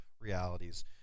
realities